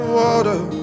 water